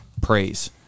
praise